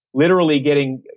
literally getting.